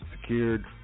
Secured